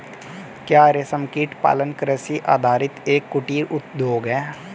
क्या रेशमकीट पालन कृषि आधारित एक कुटीर उद्योग है?